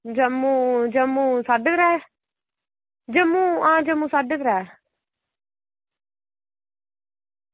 जम्मू जम्मू साढ़े त्रैऽ जम्मू जम्मू साढ़े त्रैऽ